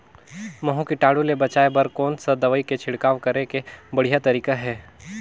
महू कीटाणु ले बचाय बर कोन सा दवाई के छिड़काव करे के बढ़िया तरीका हे?